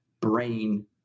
brain